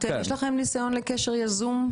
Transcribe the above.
יש לכם ניסיון לקשר יזום?